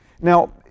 Now